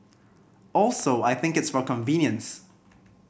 also I think it's for convenience